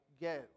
go